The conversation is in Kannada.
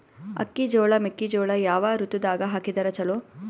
ಅಕ್ಕಿ, ಜೊಳ, ಮೆಕ್ಕಿಜೋಳ ಯಾವ ಋತುದಾಗ ಹಾಕಿದರ ಚಲೋ?